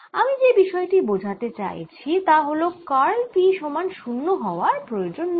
আমি যে বিষয়টি বোঝাতে চাইছি তা হল কার্ল P সমান 0 হওয়ার প্রয়োজন নেই